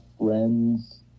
friends